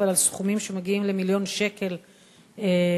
אבל עם סכומים שמגיעים למיליון שקלים קנס.